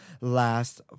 last